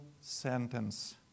sentence